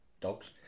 dogs